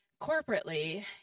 corporately